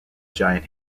giant